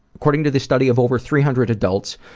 according to this study of over three hundred adults,